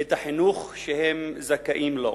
את החינוך שהם זכאים לו.